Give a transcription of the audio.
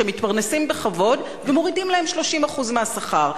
שמתפרנסים בכבוד ומורידים להם 30% מהשכר.